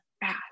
fast